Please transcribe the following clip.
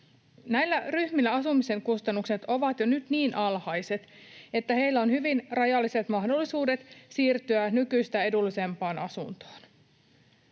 Näillä ryhmillä asumisen kustannukset ovat jo nyt niin alhaiset, että heillä on hyvin rajalliset mahdollisuudet siirtyä nykyistä edullisempaan asuntoon.